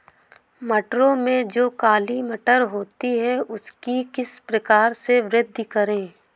मटरों में जो काली मटर होती है उसकी किस प्रकार से वृद्धि करें?